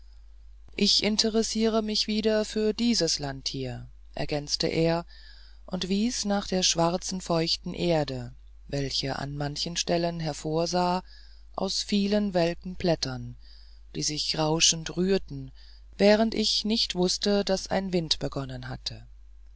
ich interessiere mich wieder für dieses land hier ergänzte er und wies nach der schwarzen feuchten erde welche an manchen stellen hervorsah aus den vielen welken blättern die sich rauschend rührten während ich nicht wußte daß ein wind begonnen hatte